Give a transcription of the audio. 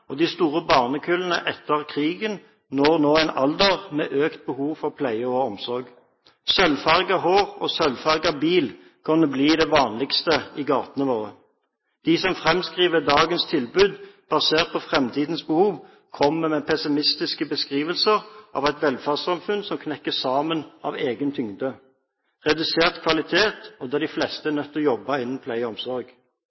og de store barnekullene etter krigen når nå en alder med økt behov for pleie og omsorg. Sølvfarget hår og sølvfarget bil kommer til å bli det vanligste i gatene våre. De som fremskriver dagens tilbud basert på fremtidens behov, kommer med pessimistiske beskrivelser av et velferdssamfunn som knekker sammen av egen tyngde, redusert kvalitet, og der de fleste er